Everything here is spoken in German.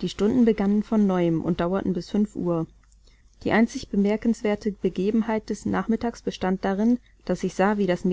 die stunden begannen von neuem und dauerten bis fünf uhr die einzig bemerkenswerte begebenheit des nachmittags bestand darin daß ich sah wie das